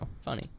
funny